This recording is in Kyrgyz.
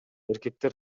эркектер